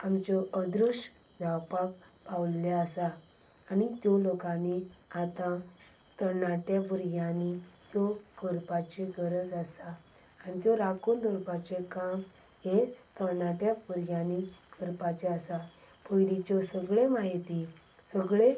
आमच्यो अदृश्य जावपाक पाविल्ल्यो आसा आनीक त्यो लोकांनी आतां तरणाट्यां भुरग्यांनी त्यो करपाची गरज आसा आनी त्यो राखून दवरपाचें काम हें तरणाट्यां भुरग्यांनी करपाचें आसा पयलींच्यो सगळ्यो म्हायती सगळीं